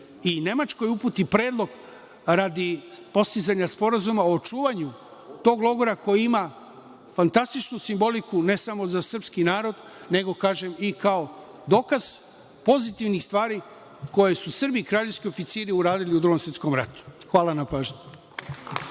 i Nemačkoj uputi predlog radi postizanja sporazuma o očuvanju tog logora koji ima fantastičnu simboliku ne samo za srpski narod, nego i kao dokaz pozitivnih stvari koje su Srbi, Kraljevski oficiri uradili u Drugom svetskom ratu. Hvala na pažnji.